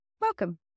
Welcome